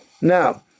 Now